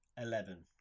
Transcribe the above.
Eleven